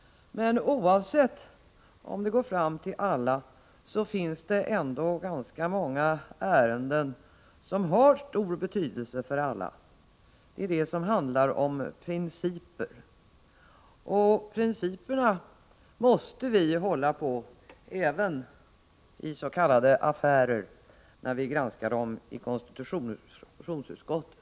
Men oavsett om det går fram till 22 maj 1985 alla har ändå vissa saker stor betydelse för alla, det handlar om principer. Principerna måste vi hålla på även i s.k. affärer när vi granskar dem i Granskning av konstitutionsutskottet.